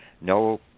No